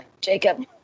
jacob